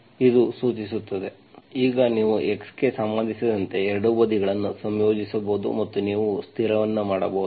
ಇದು ಸೂಚಿಸುತ್ತದೆ ಈಗ ನೀವು x ಗೆ ಸಂಬಂಧಿಸಿದಂತೆ ಎರಡೂ ಬದಿಗಳನ್ನು ಸಂಯೋಜಿಸಬಹುದು ಮತ್ತು ನೀವು ಸ್ಥಿರವನ್ನು ಮಾಡಬಹುದು